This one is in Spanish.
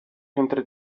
entre